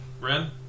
Ren